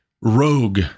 rogue